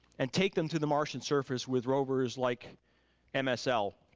and take them to the martian surface with rovers like and msl,